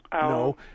No